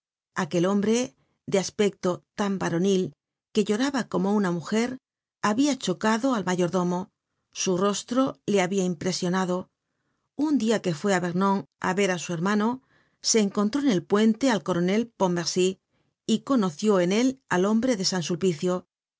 aquel hombre de aspecto tan varonil que lloraba como una mujer habia chocado al mayordomo su rostro le habia impresionado un diaque fué á vernon á ver á su hermano se encontró en el puente al coronel pontmercy y conoció en él al hombre de